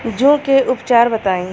जूं के उपचार बताई?